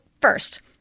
first